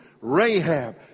Rahab